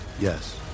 Yes